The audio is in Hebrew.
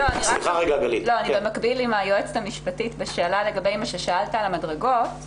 אני במקביל בשיחה עם היועצת המשפטית לגבי מה ששאלת על המדרגות.